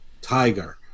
Tiger